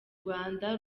rwanda